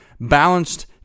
balanced